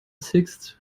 sixth